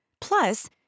Plus